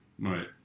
Right